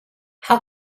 how